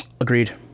Agreed